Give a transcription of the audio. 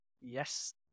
Yes